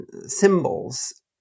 symbols